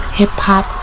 hip-hop